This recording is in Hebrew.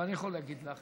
אבל אני יכול להגיד לך